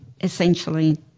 essentially